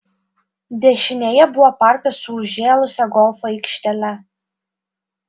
dešinėje buvo parkas su užžėlusia golfo aikštele